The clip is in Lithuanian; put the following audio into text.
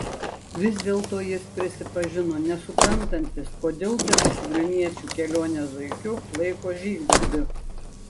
vis dėlto jis prisipažino nesuprantantis kodėl dalis vilniečių kelionę zuikiu laiko žygdarbiu